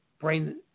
brain